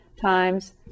times